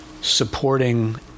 supporting